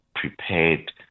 prepared